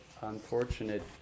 unfortunate